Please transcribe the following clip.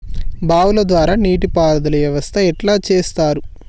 బావుల ద్వారా నీటి పారుదల వ్యవస్థ ఎట్లా చేత్తరు?